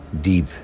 Deep